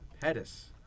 Pettis